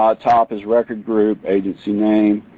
um top is record group, agency name,